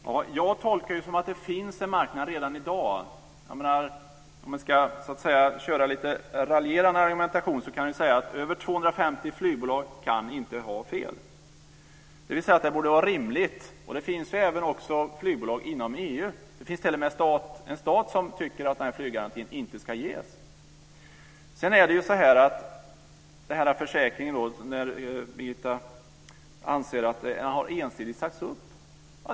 Fru talman! Jag tolkar det som att det finns en marknad redan i dag. Om man ska köra med lite raljerande argumentation kan man säga att över 250 flygbolag inte kan ha fel. Det finns även flygbolag inom EU och t.o.m. en stat som tycker att den här flyggarantin inte ska ges. Birgitta Wistrand anser att försäkringen ensidigt har sagts upp.